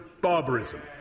barbarism